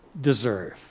deserve